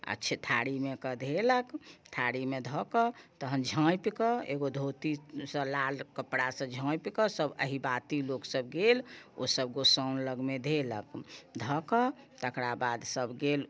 अच्छे थारीमेके धयलक थारीमे धऽ कऽ तखन झाँपि कऽ एगो धोतीसँ लाल कपड़ासँ झाँपि कऽ सभ अहिबाती लोक सभ गेल ओ सभ गोसउनि लगमे धयलक धऽ कऽ तेकरा बाद सभ गेल